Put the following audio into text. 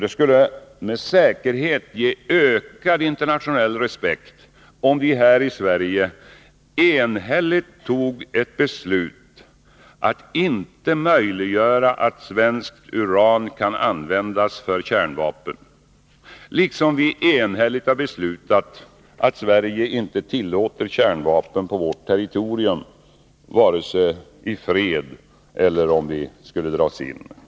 Det skulle med säkerhet ge ökad internationell respekt, om vi här i Sverige enhälligt fattade beslut om att icke möjliggöra att svenskt uran kan användas för kärnvapen, liksom vi enhälligt har beslutat att Sverige inte tillåter kärnvapen på sitt territorium, vare sig i fred eller i krig.